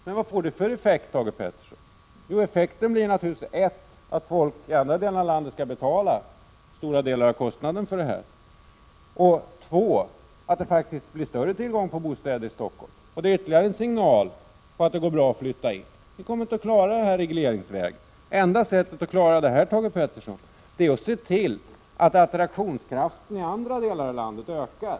Men vad får det för effekt, Thage Peterson? Jo, effekterna blir naturligtvis: 1. Att folk som bor på andra håll i landet skall betala stora delar av kostnaden för det här. 2. Att det blir större tillgång till bostäder i Stockholm, och det är ytterligare en signal om att det går bra att flytta dit. Ni kommer inte att klara det här regleringsvägen. Enda sättet är att se till att attraktionskraften i andra delar av landet ökar.